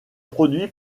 produit